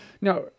Now